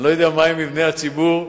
אני לא יודע מהם מבני הציבור,